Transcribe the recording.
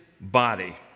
body